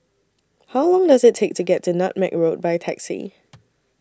How Long Does IT Take to get to Nutmeg Road By Taxi